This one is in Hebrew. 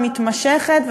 מתמשכת,